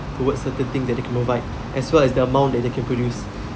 towards certain thing that they provide as well as the amount that they can produce